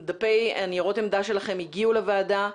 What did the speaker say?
ניירות העמדה שלכם הגיעו לוועדה.